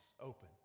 open